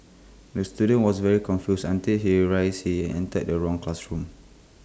the student was very confused until he realised he entered the wrong classroom